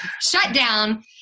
shutdown